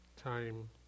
time